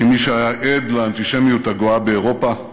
כמי שהיה עד לאנטישמיות הגואה באירופה,